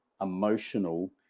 emotional